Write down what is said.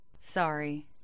Sorry